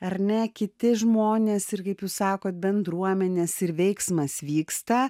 ar ne kiti žmonės ir kaip jūs sakot bendruomenės ir veiksmas vyksta